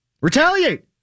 retaliate